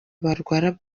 barwara